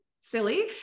silly